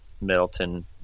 middleton